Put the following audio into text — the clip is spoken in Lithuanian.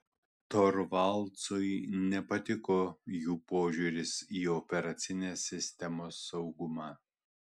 torvaldsui nepatiko jų požiūris į operacinės sistemos saugumą